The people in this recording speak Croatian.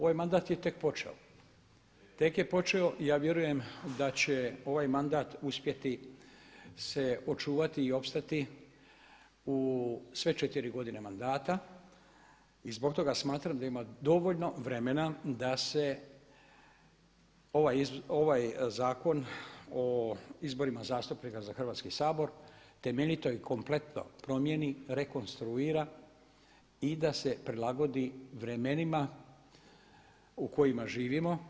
Ovaj mandat je tek počeo i ja vjerujem da će ovaj mandat uspjeti se očuvati i opstati u sve 4 godine mandata i zbog toga smatram da ima dovoljno vremena i da se ovaj Zakon o izborima zastupnika za Hrvatski sabor temeljito i kompletno promjeni, rekonstruira i da se prilagodi vremenima u kojima živimo.